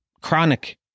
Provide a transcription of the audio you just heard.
chronic